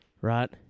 Right